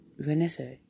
Vanessa